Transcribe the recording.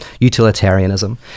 utilitarianism